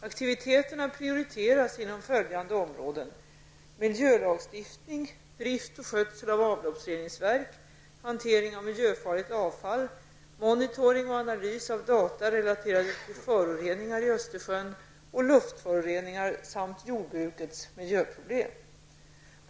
Aktiviteterna prioriteras inom följande områden: miljölagstiftning, drift och skötsel av avloppsreningsverk, hantering av miljöfarligt avfall, monitoring och analys av data relaterade till föroreningar i Östersjön och luftföroreningar samt jordbrukets miljöproblem.